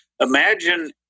Imagine